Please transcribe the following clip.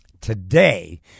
Today